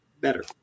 better